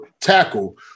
tackle